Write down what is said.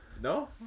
No